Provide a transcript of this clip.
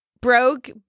broke